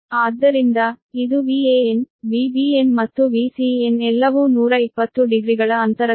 ಆದ್ದರಿಂದ ಇದು VAn VBn ಮತ್ತು VCn ಎಲ್ಲವೂ 120 ಡಿಗ್ರಿಗಳ ಅಂತರದಲ್ಲಿದೆ